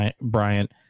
Bryant